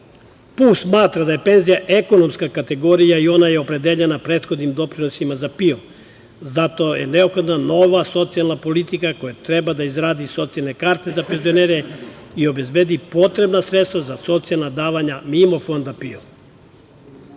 PUPS smatra da je penzija ekonomska kategorija i ona je opredeljena prethodnim doprinosima za PIO. Zato je neophodna nova socijalna politika koja treba da izradi socijalne karte za penzionere i obezbedi potrebna sredstva za socijalna davanja mimo Fonda